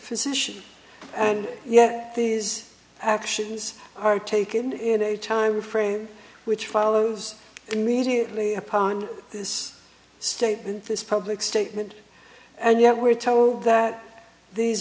physician and yet these actions are taken in a time frame which follows immediately upon this statement this public statement and yet we're told that these